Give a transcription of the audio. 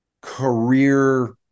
career